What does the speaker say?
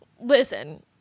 Listen